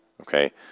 okay